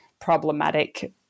problematic